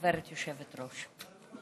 גברתי היושבת-ראש.